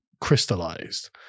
crystallized